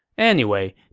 anyway,